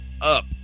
up